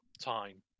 time